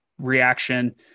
reaction